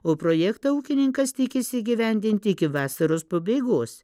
o projektą ūkininkas tikisi įgyvendinti iki vasaros pabaigos